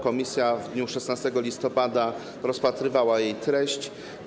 Komisja w dniu 16 listopada rozpatrywała jej treść.